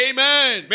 Amen